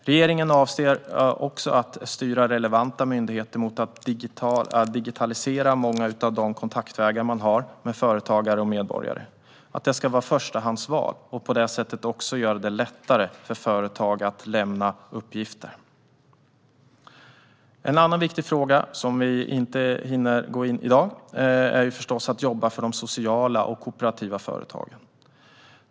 Regeringen avser också att styra relevanta myndigheter mot att digitalisera många av de kontaktvägar man har med företagare och medborgare. Det ska vara förstahandsvalet, och på så sätt ska det bli lättare för företag att lämna uppgifter. En annan viktig fråga som vi inte hinner gå in på i dag är förstås att jobba för de sociala och kooperativa företagen.